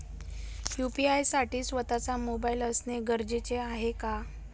UPI साठी स्वत:चा mobile असणे गरजेचे आहे का?